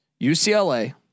UCLA